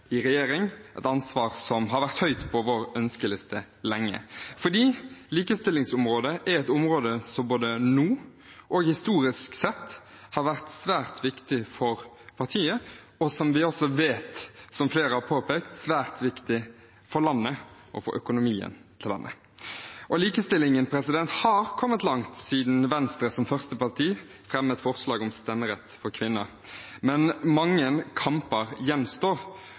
i regjering, et ansvar som har vært høyt på vår ønskeliste lenge. Likestillingsområdet er et område som både nå og historisk sett har vært svært viktig for partiet og – som vi også vet, som flere har påpekt – svært viktig for landet og for økonomien til landet. Likestillingen har kommet langt siden Venstre som første parti fremmet forslag om stemmerett for kvinner. Men mange kamper gjenstår,